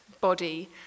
body